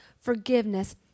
forgiveness